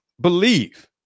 believe